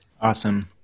Awesome